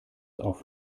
auf